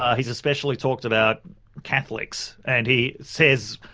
ah he's especially talked about catholics, and he says,